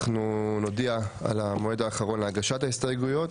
אנחנו נודיע על המועד האחרון להגשת ההסתייגויות,